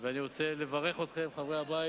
אני רוצה לברך אתכם, חברי הבית,